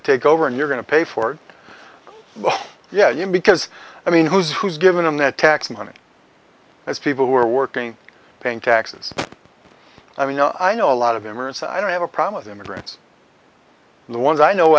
to take over and you're going to pay for well yeah because i mean who's who's giving them the tax money as people who are working paying taxes i mean i know a lot of them are so i don't have a problem with immigrants the ones i know